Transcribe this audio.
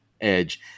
edge